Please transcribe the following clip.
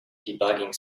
debugging